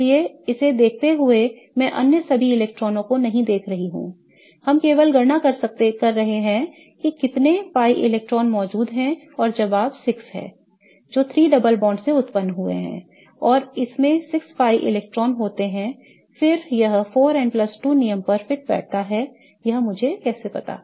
इसलिए इसे देखते हुए मैं अन्य सभी इलेक्ट्रॉनों को नहीं देख रहा हूं हम केवल गणना कर रहे हैं कि कितने pi इलेक्ट्रॉनों मौजूद हैं और जवाब 6 है जो 3 डबल बॉन्ड से उत्पन्न हुए हैं और इसमें 6 पाई इलेक्ट्रॉन होते हैं फिर यह 4n 2 नियम पर फिट बैठता है यह मुझे कैसे पता